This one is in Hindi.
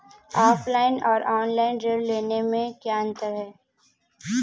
ऑफलाइन और ऑनलाइन ऋण लेने में क्या अंतर है?